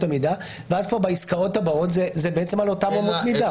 המידה ואז בעסקאות הבאות הן בעצם על אותה אמת מידה.